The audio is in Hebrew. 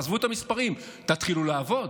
עזבו את המספרים, תתחילו לעבוד.